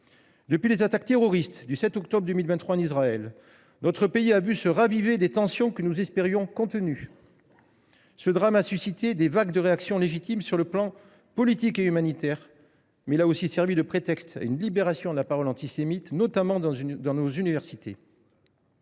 Depuis les attaques terroristes survenues le 7 octobre 2023 en Israël, notre pays a vu se raviver des tensions que nous espérions contenues. Ce drame a suscité des vagues de réactions légitimes sur les plans politique et humanitaire, mais il a aussi servi de prétexte à une libération de la parole antisémite, notamment dans nos universités.